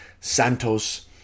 Santos